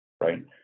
Right